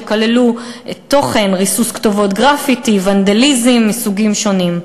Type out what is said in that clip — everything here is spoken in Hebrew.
שכללו ריסוס כתובות גרפיטי וונדליזם מסוגים שונים.